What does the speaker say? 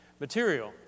material